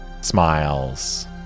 smiles